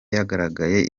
yagaragaye